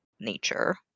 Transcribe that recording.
nature